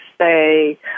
say